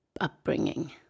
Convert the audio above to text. upbringing